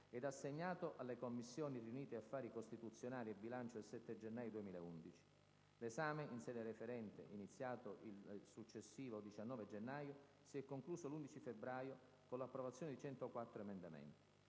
ed assegnato alle Commissioni riunite affari costituzionali e bilancio il 7 gennaio 2011. L'esame in sede referente, iniziato il successivo 19 gennaio, si è concluso l'11 febbraio, con l'approvazione di 104 emendamenti.